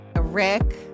Rick